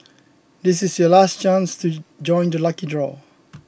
this is your last chance to join the lucky draw